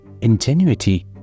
ingenuity